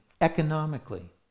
economically